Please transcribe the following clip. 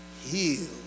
healed